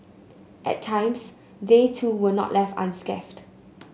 at times they too were not left unscathed